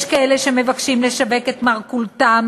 יש כאלה שמבקשים לשווק את מרכולתם